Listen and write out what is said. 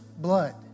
blood